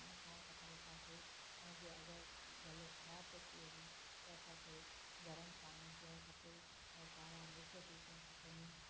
खटा न खाइणु खपनि असांखे ऐं जे अगरि गलो ख़राबु थो थी वञे त असांखे गरम पाणी पीअणु खपे ऐं कारा मिर्च चूसणु खपनि